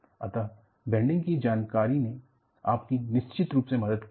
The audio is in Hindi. अतः बैंडिंग की जानकारी ने आपकी निश्चित रूप से मदद की है